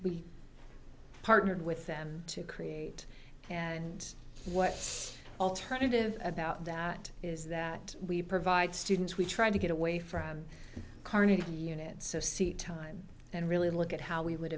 we partnered with them to create and what alternative about that is that we provide students we try to get away from carnegie units so seat time and really look at how we would